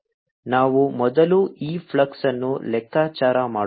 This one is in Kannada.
da⏟ E ಆದ್ದರಿಂದ ನಾವು ಮೊದಲು ಈ ಫ್ಲಕ್ಸ್ ಅನ್ನು ಲೆಕ್ಕಾಚಾರ ಮಾಡೋಣ